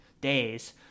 days